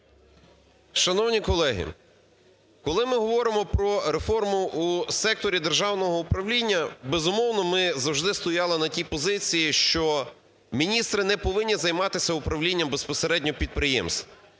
Шановні колеги, коли ми говоримо про реформу у секторі державного управління, безумовно, ми завжди стояли на тій позиції, що міністри не повинні займатися управлінням безпосередньо підприємств.